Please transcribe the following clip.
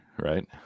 right